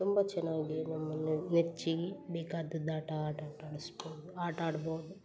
ತುಂಬ ಚೆನ್ನಾಗಿ ನಮ್ಮ ನೆಚ್ಚಿಗೆ ಬೇಕಾದ ಆಟ ಆಟೋಟ ಆಡಿಸ್ಬೋದು ಆಟ ಆಡ್ಬೋದು